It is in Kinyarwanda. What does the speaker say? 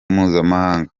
mpuzamahanga